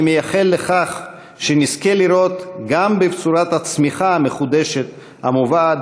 אני מייחל לכך שנזכה לראות גם בבשורת הצמיחה המחודשת המובאת